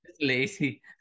lazy